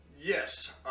Yes